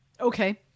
Okay